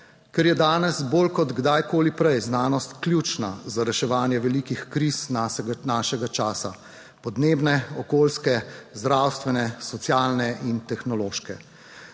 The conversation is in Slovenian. Ker je danes bolj kot kdajkoli prej znanost ključna za reševanje velikih kriz našega časa, podnebne, okoljske, zdravstvene, socialne in tehnološke.